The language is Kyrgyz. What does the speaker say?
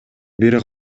бир